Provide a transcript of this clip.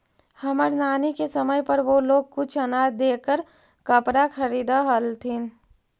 हमर नानी के समय पर वो लोग कुछ अनाज देकर कपड़ा खरीदअ हलथिन